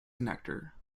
connector